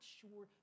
sure